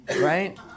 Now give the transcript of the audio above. Right